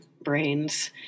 brains